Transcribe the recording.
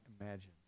imagine